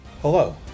Hello